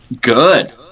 Good